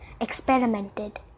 experimented